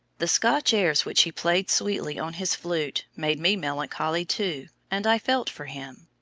the scotch airs which he played sweetly on his flute made me melancholy, too, and i felt for him.